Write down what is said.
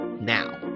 now